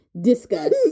Discuss